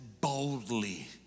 boldly